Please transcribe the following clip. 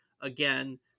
again